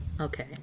Okay